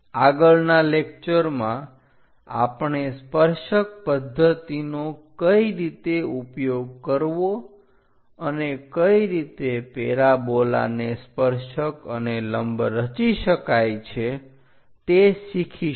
આગળના લેકચરમાં આપણે સ્પર્શક પદ્ધતિનો કઈ રીતે ઉપયોગ કરવો અને કઈ રીતે પેરાબોલાને સ્પર્શક અને લંબ રચી શકાય તે શીખીશું